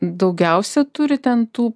daugiausia turi ten tų